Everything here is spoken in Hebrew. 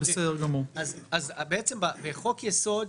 בחוק-יסוד: